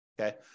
okay